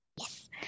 yes